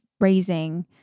raising